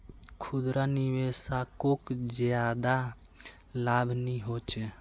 खुदरा निवेशाकोक ज्यादा लाभ नि होचे